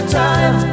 time